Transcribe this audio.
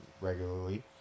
regularly